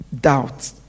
Doubt